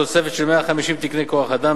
תוספת של 150 תקני כוח-אדם,